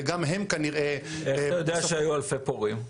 וגם הם כנראה --- איך אתה יודע שהיו אלפי פורעים?